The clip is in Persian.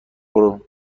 برو